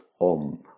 OM